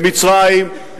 למצרים,